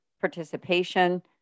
participation